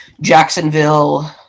Jacksonville